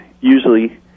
usually